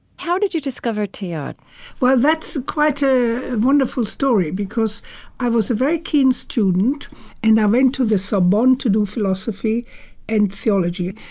how did you discover teilhard? yeah ah well, that's quite a wonderful story because i was a very keen student and i went to the sorbonne to do philosophy and theology.